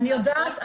אני יודעת,